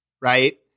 right